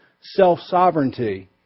self-sovereignty